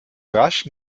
rasch